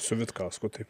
su vitkausku tai